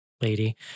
lady